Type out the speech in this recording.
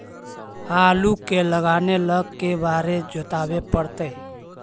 आलू के लगाने ल के बारे जोताबे पड़तै?